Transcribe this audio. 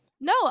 No